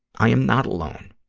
i am not alone.